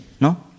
no